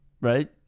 right